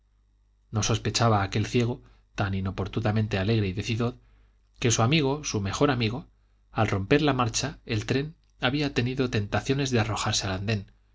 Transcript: no sospechaba aquel ciego tan inoportunamente alegre y decidor que su amigo su mejor amigo al romper la marcha el tren había tenido tentaciones de arrojarse al andén